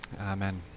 amen